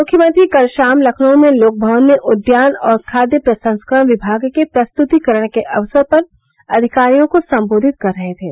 मुख्यमंत्री कल शाम लखनऊ में लोकभवन में उद्यान और खाद्य प्रसंस्करण विभाग के प्रस्तुतिकरण के अवसर पर अधिकारियों को सम्बोधित कर रहे थे